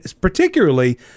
particularly